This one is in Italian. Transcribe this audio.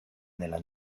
nella